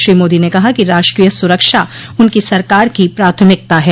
श्री मोदी ने कहा कि राष्ट्रीय सुरक्षा उनकी सरकार की प्राथमिकता है